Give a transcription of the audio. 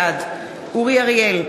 בעד אורי אריאל,